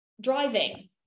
driving